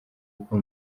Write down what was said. uko